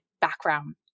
background